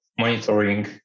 monitoring